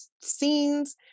scenes